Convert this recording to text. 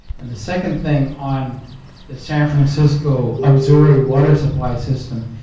and the second thing, on the san francisco auxiliary water supply system,